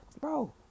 Bro